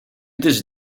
this